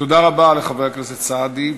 תודה רבה לחבר הכנסת סעדי.